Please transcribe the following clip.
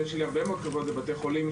ויש לי הרבה מאוד כבוד לבתי חולים,